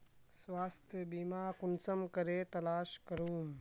स्वास्थ्य बीमा कुंसम करे तलाश करूम?